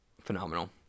phenomenal